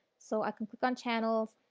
so, i can click on channels,